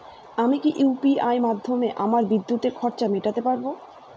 আমি কি ইউ.পি.আই মাধ্যমে আমার বিদ্যুতের খরচা মেটাতে পারব?